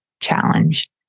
challenge